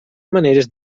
maneres